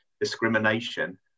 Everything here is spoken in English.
Discrimination